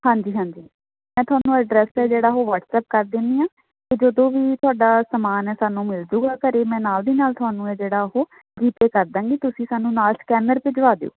ਹਾਂਜੀ ਹਾਂਜੀ ਮੈਂ ਤੁਹਾਨੂੰ ਐਡਰੈਸ ਹੈ ਜਿਹੜਾ ਉਹ ਵਟਸਐਪ ਕਰ ਦਿੰਦੀ ਹਾਂ ਅਤੇ ਜਦੋਂ ਵੀ ਤੁਹਾਡਾ ਸਮਾਨ ਆ ਸਾਨੂੰ ਮਿਲ ਜੂਗਾ ਘਰ ਮੈਂ ਨਾਲ ਦੀ ਨਾਲ ਤੁਹਾਨੂੰ ਇਹ ਜਿਹੜਾ ਉਹ ਜੀ ਪੇ ਕਰ ਦਾਂਗੀ ਤੁਸੀਂ ਸਾਨੂੰ ਨਾਲ ਸਕੈਨਰ ਭਿਜਵਾ ਦਿਓ